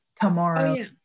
tomorrow